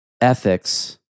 ethics